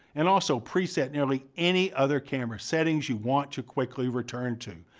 and also pre-set nearly any other camera settings you want to quickly return to,